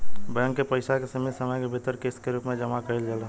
bank के पइसा के सीमित समय के भीतर किस्त के रूप में जामा कईल जाला